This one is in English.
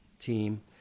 team